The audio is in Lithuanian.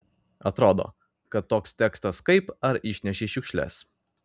atrodo kad toks tekstas kaip ar išnešei šiukšles